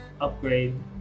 upgrade